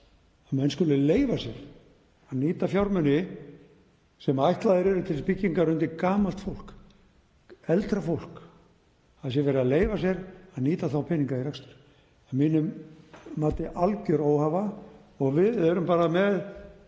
að menn skuli leyfa sér að nýta fjármuni sem ætlaðir eru til byggingar undir gamalt fólk, eldra fólk, að það sé verið að leyfa sér að nýta þá peninga í rekstur er að mínu mati alger óhæfa. Við erum með